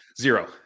Zero